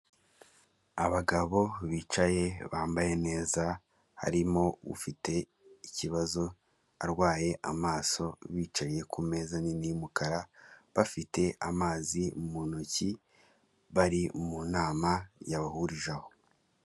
Abagabo bicaye bambaye neza harimo ufite ikibazo arwaye amaso, bicaye ku meza nini y'umukara, bafite amazi mu ntoki bari mu nama yabahurije aho.